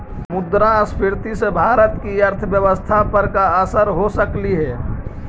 मुद्रास्फीति से भारत की अर्थव्यवस्था पर का असर हो सकलई हे